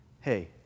Hey